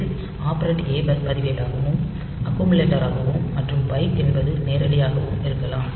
அதில் ஆப்ரெண்ட் ஏ பதிவேடாக அக்குமுலேட்டராகயும் மற்றும் பைட் என்பது நேரடியாகவும் இருக்கலாம்